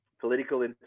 Political